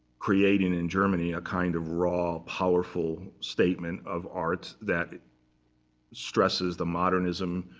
creating, in germany, a kind of raw, powerful statement of art, that stresses the modernism,